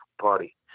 party